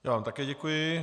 Já vám také děkuji.